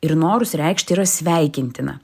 ir norus reikšti yra sveikintina